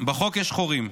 בחוק יש חורים,